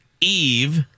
Eve